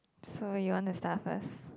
so you want to start first